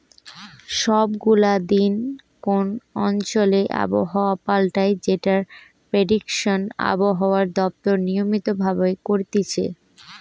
সব গুলা দিন কোন অঞ্চলে আবহাওয়া পাল্টায় যেটার প্রেডিকশন আবহাওয়া দপ্তর নিয়মিত ভাবে করতিছে